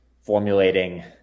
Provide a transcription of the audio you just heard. formulating –